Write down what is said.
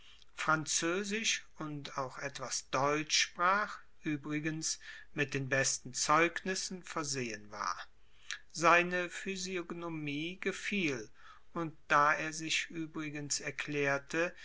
französisch und auch etwas deutsch sprach übrigens mit den besten zeugnissen versehen war seine physiognomie gefiel und da er sich übrigens erklärte